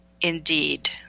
indeed